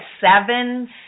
seven